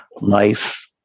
life